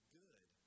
good